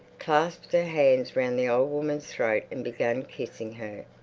clasped her hands round the old woman's throat and began kissing her,